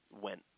went